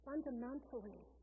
fundamentally